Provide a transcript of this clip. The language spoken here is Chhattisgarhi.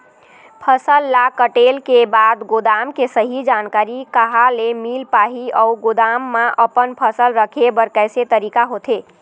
फसल ला कटेल के बाद गोदाम के सही जानकारी कहा ले मील पाही अउ गोदाम मा अपन फसल रखे बर कैसे तरीका होथे?